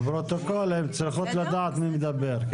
לפרוטוקול, הן צריכות לדעת מי מדבר.